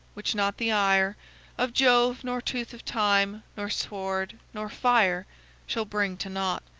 which not the ire of jove, nor tooth of time, nor sword, nor fire shall bring to nought.